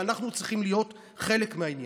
ואנחנו צריכים להיות חלק מהעניין.